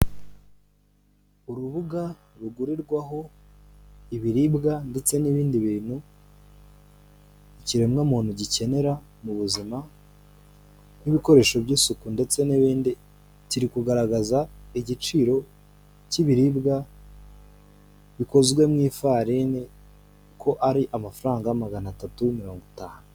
Urubuga rugurirwaho ibiribwa ndetse n'ibindi bintu ikiremwamuntu gikenera mu buzima, nk'ibikoresho by'isuku ndetse n'ibindi, kiri kugaragaza igiciro cy'ibiribwa bikozwe mu ifarini, ko ari amafaranga magana atatu mirongo itanu.